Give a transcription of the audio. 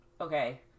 Okay